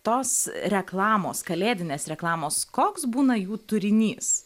tos reklamos kalėdinės reklamos koks būna jų turinys